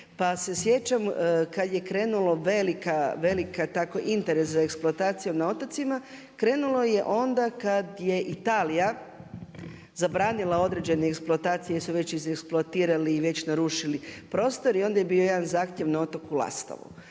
Pa se sjećam kada je krenulo veliki interes za eksploataciju na otocima, krenulo je onda kada je Italija zabranila određene eksploracije jer su već iz eksploatirali i već narušili prostor i onda je bio jedan zahtjev na otoku Lastovu.